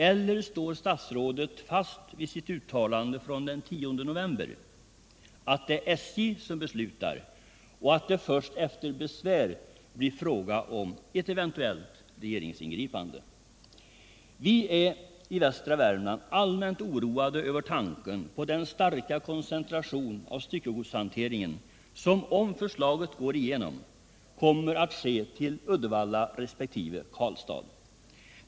Eller står statsrådet fast vid sitt uttalande från den 10 november att det är SJ som beslutar och att det först efter besvär kan bli fråga om ett eventuellt regeringsingripande? Vi är i västra Värmland allmänt oroade över tanken på den starka koncentration av styckegodshanteringen som, om förslaget går igenom, kommer att ske till Uddevalla resp. Karlstad.